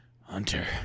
Hunter